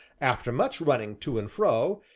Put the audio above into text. after much running to and fro,